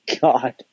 God